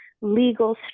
Legal